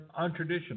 Untraditional